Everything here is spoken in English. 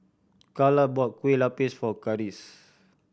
Calla bought Kueh Lapis for Karis